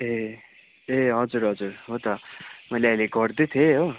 ए ए हजुर हजुर हो त मैले अहिले गर्दै थिएँ हो